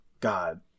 God